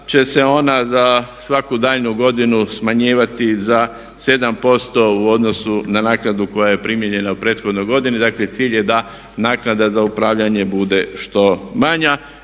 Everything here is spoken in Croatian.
će se ona za svaku daljnju godinu smanjivati za 7% u odnosu na naknadu koja je primijenjena u prethodnoj godini. Dakle, cilj je da naknada za upravljanje bude što manja.